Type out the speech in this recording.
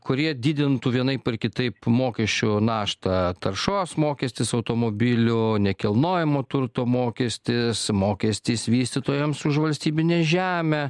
kurie didintų vienaip ar kitaip mokesčių naštą taršos mokestis automobilių nekilnojamo turto mokestis mokestis vystytojams už valstybinę žemę